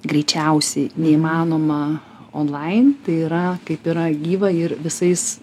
greičiausiai neįmanoma online tai yra kaip yra gyva ir visais